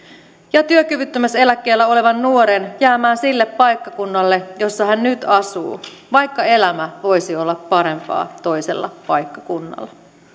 ja työkyvyttömyyseläkkeellä olevan nuoren jäämään sille paikkakunnalle jossa hän nyt asuu vaikka elämä voisi olla parempaa toisella paikkakunnalla